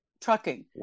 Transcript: trucking